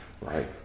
right